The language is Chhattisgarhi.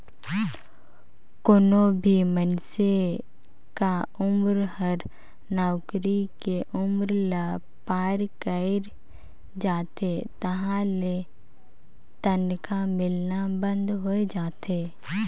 कोनो भी मइनसे क उमर हर नउकरी के उमर ल पार कइर जाथे तहां ले तनखा मिलना बंद होय जाथे